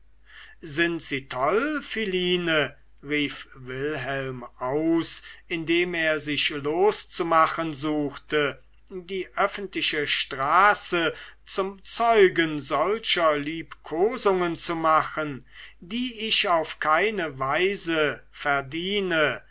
sind sie toll philine rief wilhelm aus indem er sich loszumachen suchte die öffentliche straße zum zeugen solcher liebkosungen zu machen die ich auf keine weise verdiene